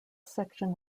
section